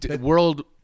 World